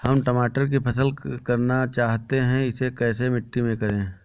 हम टमाटर की फसल करना चाहते हैं इसे कैसी मिट्टी में करें?